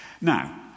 Now